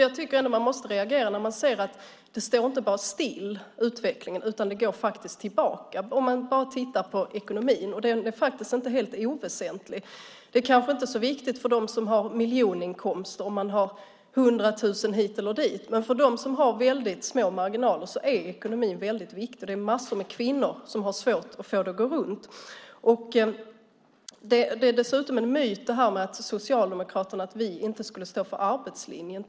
Jag tycker att man måste reagera när man ser att utvecklingen inte bara står still utan faktiskt går tillbaka om man tittar på ekonomin. Och den är inte helt oväsentlig. Det är kanske inte så viktigt för dem som har miljoninkomster om man har hundra tusen hit eller dit. Men för dem som har små marginaler är ekonomin viktig. Det finns massor med kvinnor som har svårt att få det att gå runt. Det är dessutom en myt att vi socialdemokrater inte skulle stå för arbetslinjen.